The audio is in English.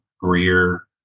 Greer